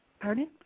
Pardon